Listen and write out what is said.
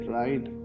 right